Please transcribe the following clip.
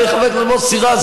חבר הכנסת מוסי רז,